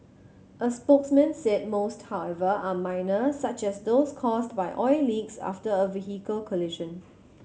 a spokesman said most however are minor such as those caused by oil leaks after a vehicle collision